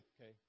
okay